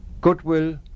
goodwill